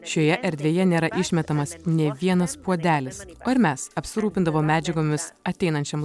šioje erdvėje nėra išmetamas nė vienas puodelis o ir mes apsirūpindavom medžiagomis ateinančiam